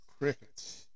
Crickets